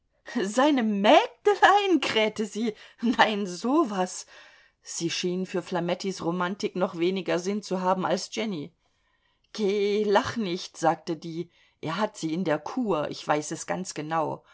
seine mägdelein krähte sie nein so was sie schien für flamettis romantik noch weniger sinn zu haben als jenny geh lach nicht sagte die er hat sie in der kur ich weiß es ganz genau